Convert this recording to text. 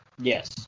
Yes